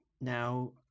now